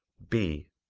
b.